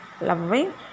loving